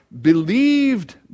believed